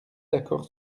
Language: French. d’accord